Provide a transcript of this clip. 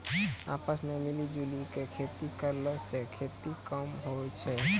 आपस मॅ मिली जुली क खेती करला स खेती कम होय छै